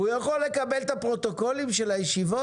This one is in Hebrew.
הוא יכול לקבל את הפרוטוקולים של הישיבות?